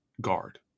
guard